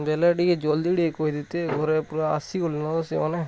ବେଲେ ଟିକେ ଜଲ୍ଦି ଟିକେ କହି ଦେତେ ଘରେ ପୁରା ଆସି ଗଲେ ନ ସେମାନେ